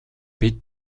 бид